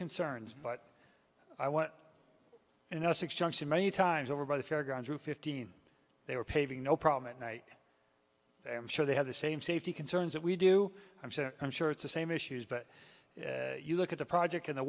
concerns but i want to know six junction many times over by the fairgrounds you fifteen they were paving no problem and i am sure they have the same safety concerns that we do i'm sure i'm sure it's the same issues but if you look at the project in the